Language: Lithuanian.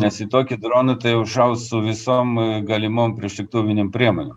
nes į tokį droną tai jau šaus su visom galimom priešlėktuvinėm priemonėm